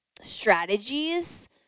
strategies